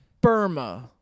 Burma